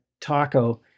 taco